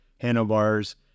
handlebars